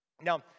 Now